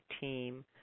team